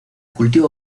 cultivo